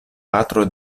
patro